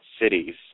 cities